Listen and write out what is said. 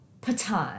Patan